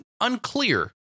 unclear